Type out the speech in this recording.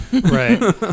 Right